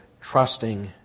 trusting